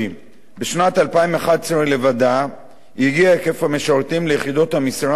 בשנת 2011 לבדה הגיע היקף המשרתים ביחידות המשרד השונות,